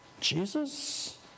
Jesus